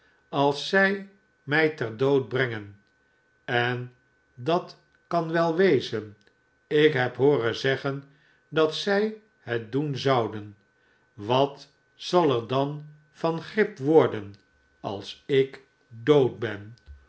als zij mij ter dood brengen en dat kan wel wezen ikheb hooren zeggen dat zij het doen zouden wat zal er dan van grip worden als ik dood ben